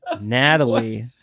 Natalie